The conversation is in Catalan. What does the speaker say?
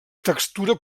textura